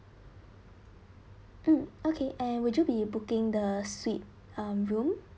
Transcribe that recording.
mm okay and would you be booking the suite um room